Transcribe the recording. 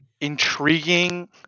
intriguing